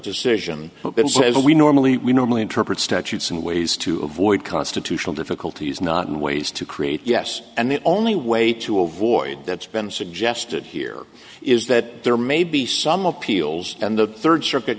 decision as we normally we normally interpret statutes and ways to avoid constitutional difficulties not in ways to create yes and the only way to avoid that's been suggested here is that there may be some of peel's and the third circuit